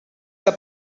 que